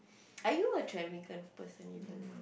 are you a travelling kind of person even